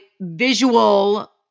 visual